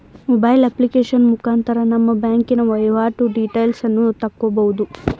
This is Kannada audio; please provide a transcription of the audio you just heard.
ಮೊಬೈಲ್ ಅಪ್ಲಿಕೇಶನ್ ಮುಖಾಂತರ ನಮ್ಮ ಬ್ಯಾಂಕಿನ ವೈವಾಟು ಡೀಟೇಲ್ಸನ್ನು ತಕ್ಕಬೋದು